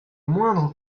moindre